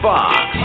Fox